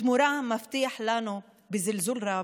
בתמורה הוא מבטיח לנו, בזלזול רב,